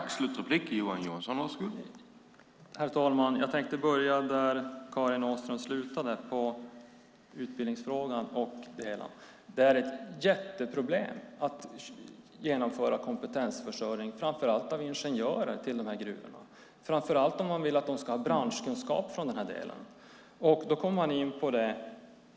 Herr talman! Jag tänkte börja där Karin Åström slutade, nämligen utbildningsfrågan. Det är ett problem med kompetensförsörjning av framför allt ingenjörer till gruvorna. Det gäller särskilt om man vill att de ska ha branschkunskap.